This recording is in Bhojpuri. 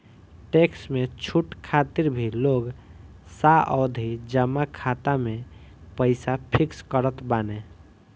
टेक्स में छूट खातिर भी लोग सावधि जमा खाता में पईसा फिक्स करत बाने